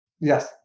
yes